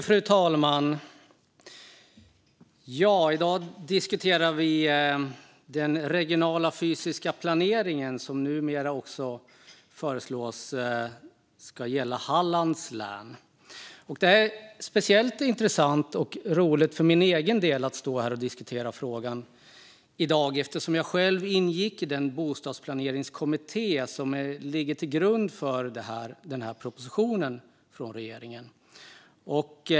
Fru talman! I dag diskuterar vi den regionala fysiska planeringen, som numera föreslås ska gälla också Hallands län. Det är speciellt intressant och roligt för min egen del att stå här och diskutera frågan i dag, eftersom jag själv ingick i den bostadsplaneringskommitté som ligger till grund för propositionen från regeringen.